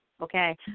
Okay